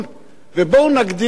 ובואו נגדיר אותנו,